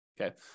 okay